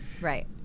right